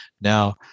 Now